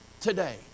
today